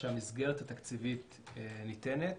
שהמסגרת התקציבית ניתנת